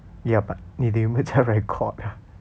ya but 你的有没有在 record